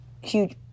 Huge